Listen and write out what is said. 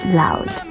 loud